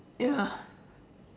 ya